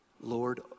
Lord